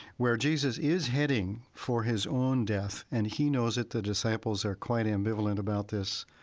where jesus is heading for his own death and he knows it, the disciples are quite ambivalent about this,